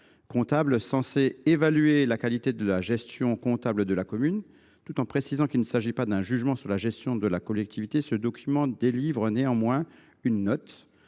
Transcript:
comptable censé évaluer la qualité de la gestion comptable de la commune. Tout en précisant que ce document ne vaut pas jugement de la gestion de la collectivité, la DGFiP délivre néanmoins une note